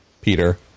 Peter